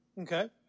Okay